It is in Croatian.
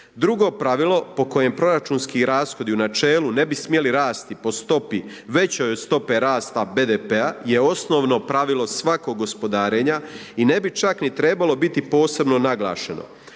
Drugo pravilo po kojem proračunski rashodi u načelu ne bi smjeli rasti po stopi većoj od stope rasta BDP-a je osnovno pravilo svakog gospodarenja i ne bi čak ni trebalo biti posebno naglašeno.